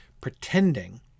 pretending